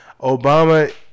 Obama